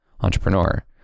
entrepreneur